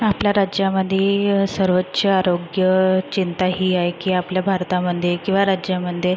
आपल्या राज्यामध्ये सर्वोच्च आरोग्य चिंता ही आहे की आपल्या भारतामध्ये किंवा राज्यामध्ये